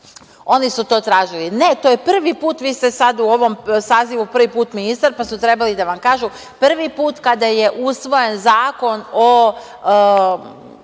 oni to tražili. Ne, to je prvi put. Vi ste sada u ovom sazivu prvi put ministar, pa su trebali da vam kažu, prvi put, kada je usvojen Zakon o